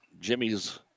Jimmy's